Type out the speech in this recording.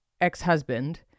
ex-husband